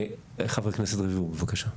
חבר הכנסת רביבו, בבקשה.